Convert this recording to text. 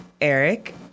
Eric